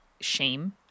shame